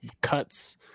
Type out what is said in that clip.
cuts